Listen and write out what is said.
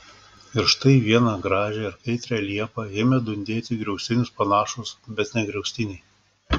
ir štai vieną gražią ir kaitrią liepą ėmė dundėti į griaustinius panašūs bet ne griaustiniai